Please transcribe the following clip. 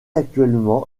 actuellement